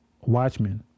watchmen